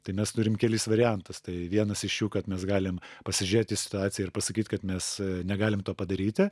tai mes turim kelis variantus tai vienas iš jų kad mes galim pasižiūrėt į situaciją ir pasakyt kad mes negalim to padaryti